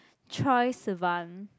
Troye Sivan